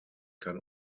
kann